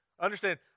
Understand